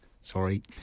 Sorry